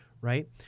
Right